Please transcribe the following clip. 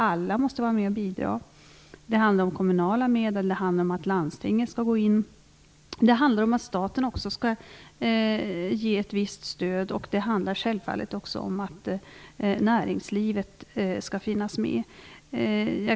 Alla måste vara med och bidra. Det handlar om kommunala medel, att landstingen skall gå in, att staten skall ge ett visst stöd och att näringslivet självfallet också skall finnas med.